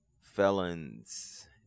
felons